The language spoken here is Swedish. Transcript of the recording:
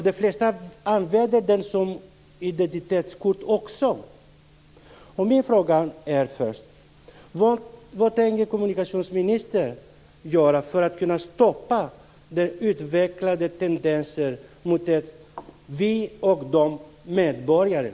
De flesta använder det också som identitetskort.